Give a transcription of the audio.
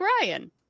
Ryan